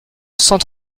cent